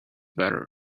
better